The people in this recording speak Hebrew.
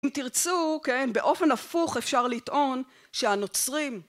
אם תרצו כן באופן הפוך אפשר לטעון שהנוצרים